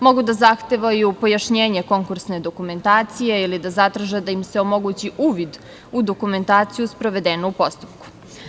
Mogu da zahtevaju pojašnjenje konkursne dokumentacije ili da zatraže da im se omogući uvid u dokumentaciju sprovedenu u postupku.